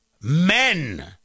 men